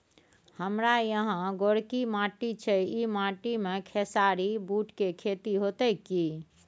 हमारा यहाँ गोरकी माटी छै ई माटी में खेसारी, बूट के खेती हौते की?